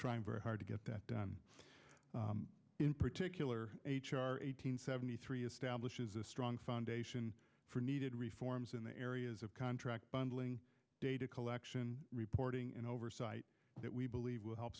trying very hard to get that done in particular seventy three establishes a strong foundation for needed reforms in the areas of contract bundling data collection reporting and oversight that we believe will help